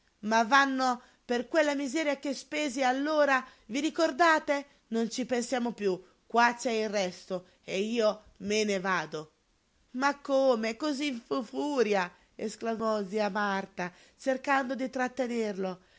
ma vanno per quella miseria che spesi io allora vi ricordate non ci pensiamo piú qua c'è il resto e io me ne vado ma come cosí di furia esclamò zia marta cercando di trattenerlo